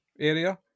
area